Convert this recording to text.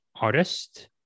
artist